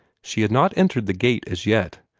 she had not entered the gate as yet,